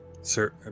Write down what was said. sir